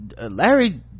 Larry